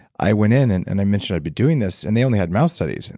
i went in, and and i mentioned i'd been doing this, and they only had mouse studies. and